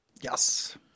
Yes